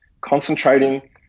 concentrating